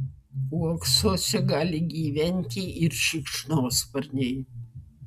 uoksuose gali gyventi ir šikšnosparniai